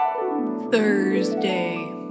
Thursday